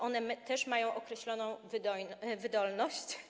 One też mają określoną wydolność.